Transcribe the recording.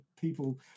people